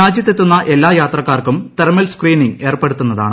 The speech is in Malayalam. രാജ്യത്ത് എത്തുന്ന എല്ലാ യാത്രക്കാർക്കും തെർമൽ സ്ക്രീനിങ് ഏർപ്പെടുത്തുന്നതാണ്